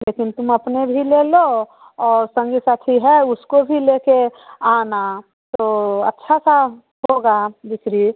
लेकिन तुम अपने भी ले लो और संगी साथी है उसको भी ले कर आना तो अच्छा सा होगा बिक्री